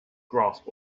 grasp